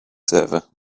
server